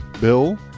Bill